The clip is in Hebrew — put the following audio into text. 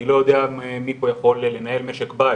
אני לא יודע מי פה יכול לנהל משק בית,